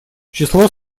число